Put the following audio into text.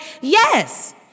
yes